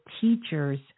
teachers